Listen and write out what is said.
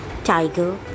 Tiger